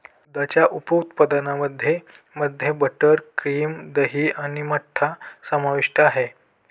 दुधाच्या उप उत्पादनांमध्ये मध्ये बटर, क्रीम, दही आणि मठ्ठा समाविष्ट आहे